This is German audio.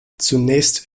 zunächst